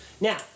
Now